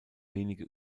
wenige